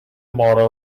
motto